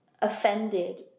offended